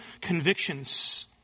convictions